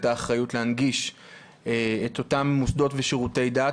האחריות להנגיש את אותם מוסדות ושירותי דת,